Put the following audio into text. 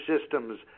systems